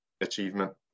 achievement